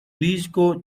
disco